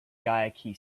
guayaquil